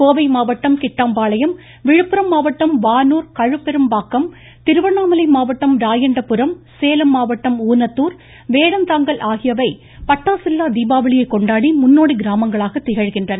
கோவை மாவட்டம் கிட்டாம்பாளையம் விழுப்புரம் மாவட்டம் வானூர் கழுப்பெரும்பாக்கம் திருவண்ணாமலை மாவட்டம் ராயண்டபுரம் சேலம் மாவட்டம் ஹனத்தூர் வேடந்தாங்கல் ஆகியவை பட்டாசில்லா தீபாவளியை கொண்டாடி முன்னோடி கிராமங்களாக திகழ்கின்றன